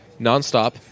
nonstop